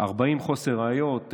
40 מחוסר ראיות,